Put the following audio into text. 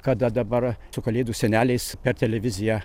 kada dabar su kalėdų seneliais per televiziją